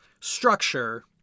structure